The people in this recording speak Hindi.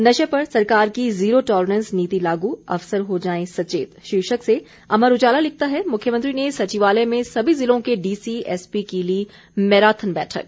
नशे पर सरकार की जीरो टॉलरेंस नीति लागू अफसर हो जाएं सचेत शीर्षक से अमर उजाला लिखता है मुख्यमंत्री ने सचिवालय में सभी जिलों के डीसी एसपी की ली मैराथन बैठक